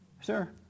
sir